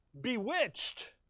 Bewitched